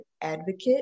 advocate